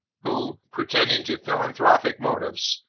who, pretending to philanthropic motives,